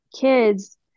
kids